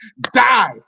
die